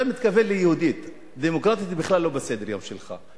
אתה מתכוון ל"יהודית" "דמוקרטית" זה בכלל לא בסדר-היום שלך,